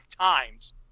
times